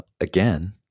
again